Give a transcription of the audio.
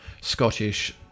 Scottish